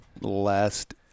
last